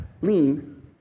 Lean